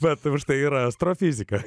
bet paprastai yra astrofizika